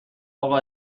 اقا